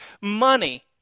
money